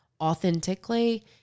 authentically